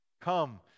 Come